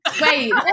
Wait